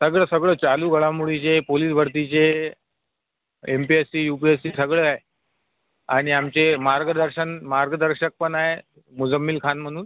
सगळं सगळं चालू घडामोडीचे पोलीस भरतीचे M P S C U P S C सगळं आहे आणि आमचे मार्गदर्शन मार्गदर्शक पण आहे मुझम्मील खान म्हणून